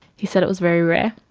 he said it was very rare,